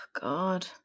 God